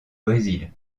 brésil